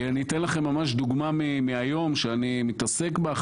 אני אתן לכם ממש דוגמה מהיום שאני מתעסק בה.